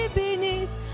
beneath